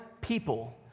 people